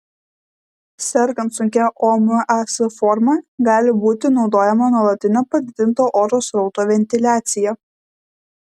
sergant sunkia omas forma gali būti naudojama nuolatinio padidinto oro srauto ventiliacija